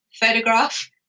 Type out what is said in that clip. photograph